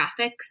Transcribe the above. Graphics